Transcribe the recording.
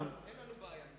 אין לנו בעיה עם זה.